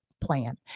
plan